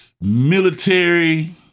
military